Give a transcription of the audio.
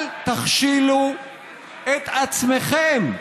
אל תכשילו את עצמכם.